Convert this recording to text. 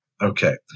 Okay